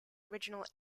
original